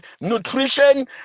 nutrition